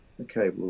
Okay